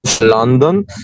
london